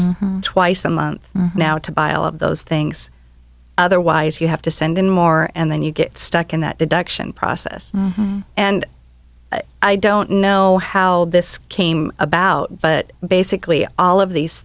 twice a month now to buy all of those things otherwise you have to send in more and then you get stuck in that deduction process and i don't know how this came about but basically all of these